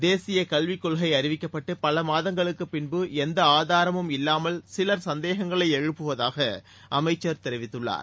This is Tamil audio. தேசிய கல்வி கொள்கை அறிவிக்கப்பட்டு பலமாதங்களுக்கு பின்பு எந்த ஆதாரமும் இல்லாமல் சிலர் சந்தேகங்களை எழுப்புவதாக அமைச்சர் தெரிவித்துள்ளார்